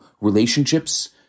relationships